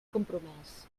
compromès